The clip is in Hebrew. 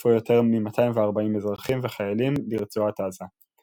וחטפו יותר מ-240 אזרחים וחיילים לרצועת עזה.